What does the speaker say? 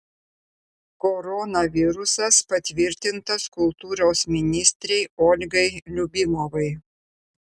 koronavirusas patvirtintas kultūros ministrei olgai liubimovai